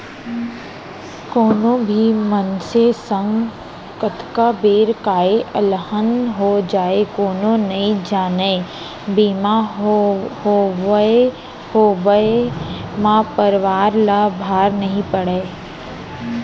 कोनो भी मनसे संग कतका बेर काय अलहन हो जाय कोनो नइ जानय बीमा होवब म परवार ल भार नइ पड़य